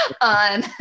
on